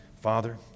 Father